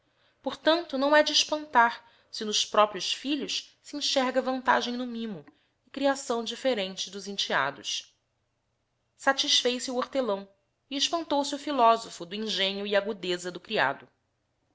tanto não he de espantar vantase nos próprios filhos se enxerga e criação differente dos gem no mimo enteados satisfez-se o hortelão e esdo engenho e pantou se o philosopho agudeza do criado